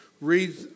read